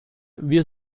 wir